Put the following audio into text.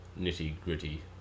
nitty-gritty